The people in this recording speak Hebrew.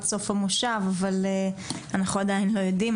סוף המושב אבל אנחנו עדיין לא יודעים,